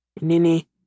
Nini